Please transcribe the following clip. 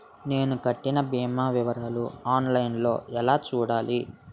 నేను కట్టిన భీమా వివరాలు ఆన్ లైన్ లో ఎలా చూడాలి?